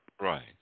Right